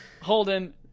holden